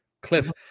cliff